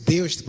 Deus